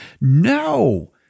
no